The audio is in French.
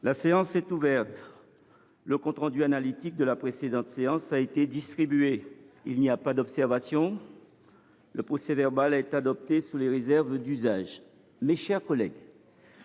La séance est ouverte. Le compte rendu analytique de la précédente séance a été distribué. Il n’y a pas d’observation ?… Le procès verbal est adopté sous les réserves d’usage. Mes chers collègues,